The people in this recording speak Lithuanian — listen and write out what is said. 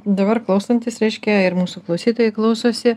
dabar klausantis reiškia ir mūsų klausytojai klausosi